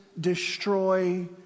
destroy